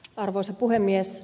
arvoisa puhemies